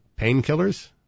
painkillers